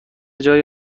جای